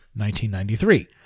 1993